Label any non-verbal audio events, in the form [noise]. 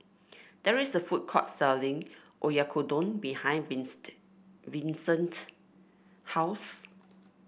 there is a food court selling Oyakodon behind [unintelligible] Vicente house